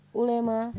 Ulama